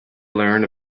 learn